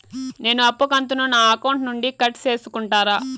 నేను అప్పు కంతును నా అకౌంట్ నుండి కట్ సేసుకుంటారా?